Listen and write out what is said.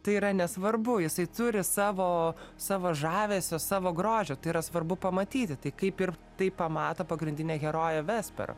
tai yra nesvarbu jisai turi savo savo žavesio savo grožio tai yra svarbu pamatyti tai kaip ir tai pamato pagrindinė herojė vesper